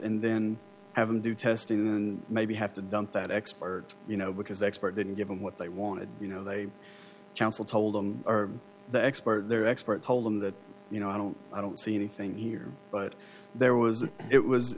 and then have them do testing and maybe have to dump that expert you know because the expert didn't give them what they wanted you know they counsel told him or the expert their expert told them that you know i don't i don't see anything here but there was it was